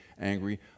angry